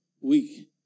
week